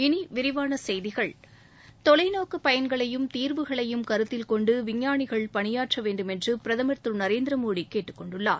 இனி விரிவான செய்திகள் தொலைநோக்கு பயன்களையும் தீர்வுகளையும் கருத்தில் கொண்டு விஞ்ஞானிகள் பணியாற்ற வேண்டும் என்று பிரதமர் திரு நரேந்திரமோடி கேட்டுக்கொண்டுள்ளார்